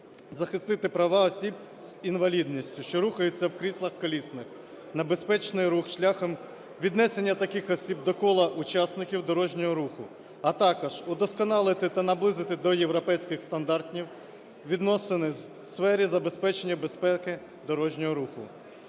захистити права осіб з інвалідністю, що рухаються в кріслах колісних на безпечний рух шляхом віднесення таких осіб до кола учасників дорожнього руху. А також удосконалити та наблизити до європейських стандартів відносини у сфері забезпечення безпеки дорожнього руху.